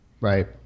Right